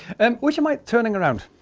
and would you mind turning around